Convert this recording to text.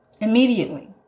Immediately